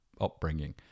upbringing